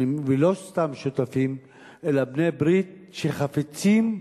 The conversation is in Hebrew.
ולא סתם שותפים אלא בעלי-ברית, שחפצים,